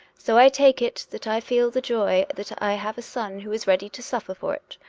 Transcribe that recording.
so i take it that i feel the joy that i have a son who is ready to suffer for it,